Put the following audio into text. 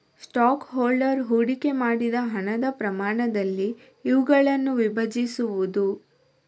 stock holder ಹೂಡಿಕೆ ಮಾಡಿದ ಹಣದ ಪ್ರಮಾಣದಲ್ಲಿ ಇವುಗಳನ್ನು ವಿಭಜಿಸುವುದು